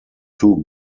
two